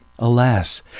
Alas